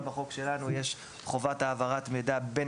גם בחלוק שלנו יש חובת העברת מידע בין